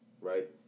Right